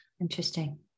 interesting